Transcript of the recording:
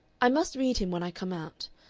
i must read him when i come out.